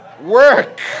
work